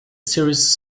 series